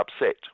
upset